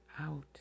out